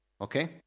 Okay